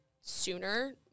sooner